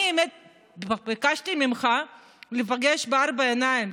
אני כבר ביקשתי ממך להיפגש בארבע עיניים,